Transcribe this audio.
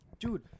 Dude